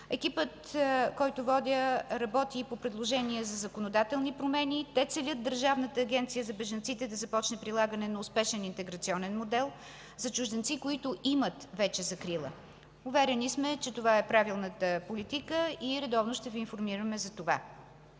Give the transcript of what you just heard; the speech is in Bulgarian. Екипът, който водя, работи и по предложение за законодателни промени. Те целят Държавната агенция за бежанците да започне прилагане на успешен интеграционен модел за чужденци, които имат вече закрила. Уверени сме, че това е правилната политика и редовно ще Ви информираме за това.